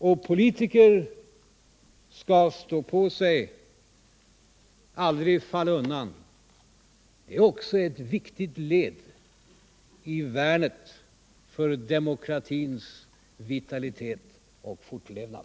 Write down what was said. Och politiker skall stå på sig och aldrig falla undan — det är också ew viktigt led i värnet för demokratins vitalitet och fortlevnad.